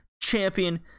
champion